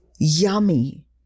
Yummy